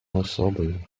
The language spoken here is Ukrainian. особою